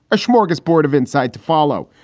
a smorgasbord of insight to follow.